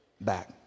back